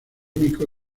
único